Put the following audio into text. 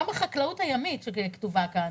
גם החקלאות הימית שתהיה כתובה כאן,